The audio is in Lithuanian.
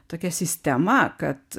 tokia sistema kad